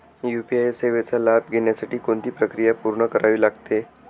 UPI सेवेचा लाभ घेण्यासाठी कोणती प्रक्रिया पूर्ण करावी लागते?